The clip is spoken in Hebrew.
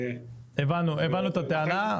הבנו את הטענה,